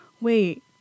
Wait